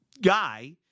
guy